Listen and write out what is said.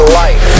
life